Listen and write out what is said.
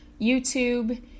YouTube